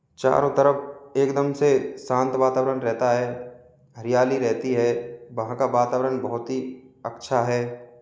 चारों तरफ एकदम से शांत वातावरण रहता है हरियाली रहती है वहाँ का वातावरण बहुत ही अच्छा है